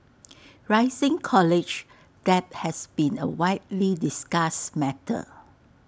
rising college debt has been A widely discussed matter